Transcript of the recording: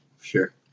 Sure